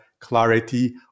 clarity